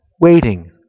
waiting